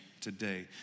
today